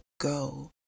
go